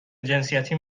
جنسیتی